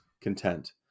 content